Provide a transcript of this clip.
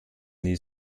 nie